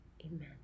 Amen